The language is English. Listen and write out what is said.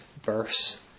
verse